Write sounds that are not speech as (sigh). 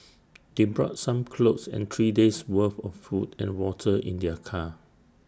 (noise) they brought some clothes and three days' worth of food and water in their car